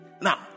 Now